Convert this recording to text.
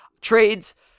Trades